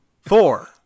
Four